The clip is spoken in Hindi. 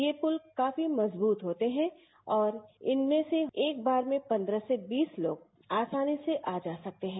ये पुल काफी मजबूत होते हैं और इसमें से एक बार में पंदह से बीस लोग तक आसानी से आ जा सकते हैं